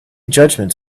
judgements